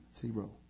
zero